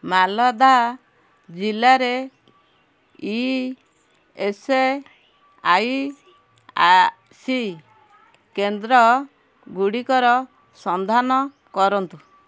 ମାଲଦା ଜିଲ୍ଲାରେ E S I C କେନ୍ଦ୍ରଗୁଡ଼ିକର ସନ୍ଧାନ କରନ୍ତୁ